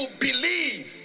believe